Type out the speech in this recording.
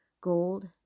gold